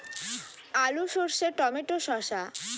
আলু সর্ষে টমেটো শসা